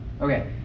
Okay